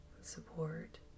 support